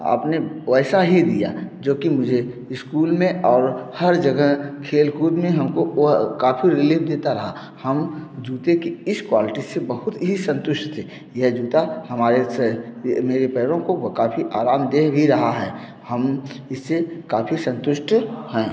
अपने वैसा ही दिया जो कि मुझे इस्कूल में और हर जगह खेल कूद मे वह हम को वह काफ़ी रीलीफ़ देता रहा हम जूते की इस क्वालिटी से बहुत ही संतुष्ट थे यह जूता हमारे से ये मेरे पैरों को वह काफ़ी आरामदेह भी रहा है हम इससे काफ़ी संतुष्ट हैं